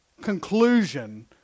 conclusion